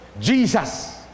Jesus